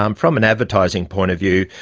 um from an advertising point of view,